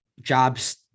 jobs